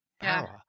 power